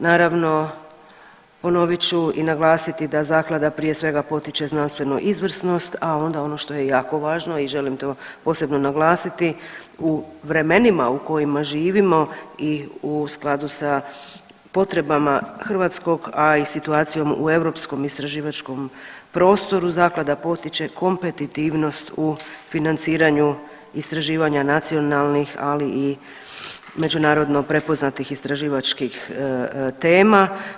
Naravno ponovit ću i naglasiti da zaklada prije svega potiče znanstvenu izvrsnost, a onda ono što je jako važno i želim to posebno naglasiti, u vremenima u kojima živimo u skladu sa potrebama hrvatskog, a i situacijom u europskom istraživačkom prostoru zaklada potiče kompetitivnost u financiranju istraživanja nacionalnih, ali i međunarodno prepoznatih istraživačkih tema.